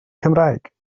cymraeg